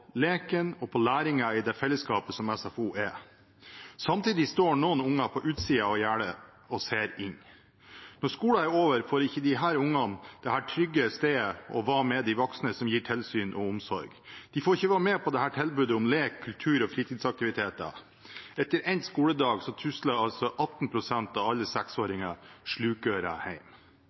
leken og læringen i det fellesskapet som SFO er. Samtidig står noen unger på utsiden av gjerdet og ser inn. Når skolen er over, får ikke disse ungene dette trygge stedet å være med voksne som gir tilsyn og omsorg. De får ikke være med på tilbudet om lek, kultur og fritidsaktiviteter. Etter endt skoledag tusler 18 pst. av alle 6-åringer slukøret